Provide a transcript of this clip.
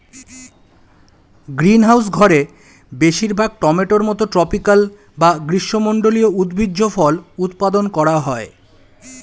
greenhouse ঘরে বেশিরভাগ টমেটোর মতো ট্রপিকাল বা গ্রীষ্মমন্ডলীয় উদ্ভিজ্জ ফল উৎপাদন করা হয়